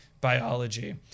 biology